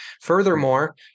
Furthermore